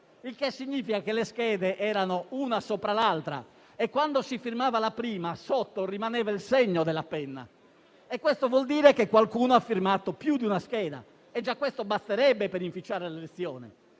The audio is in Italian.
il che significa che le schede erano una sopra all'altra e, quando si firmava la prima, rimaneva sotto il segno della penna. Questo vuol dire che qualcuno ha firmato più di una scheda e già questo basterebbe per inficiare l'elezione.